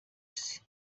isi